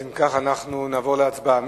אם כך, אנחנו נעבור להצבעה.